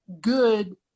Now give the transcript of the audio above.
good